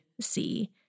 see